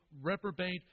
reprobate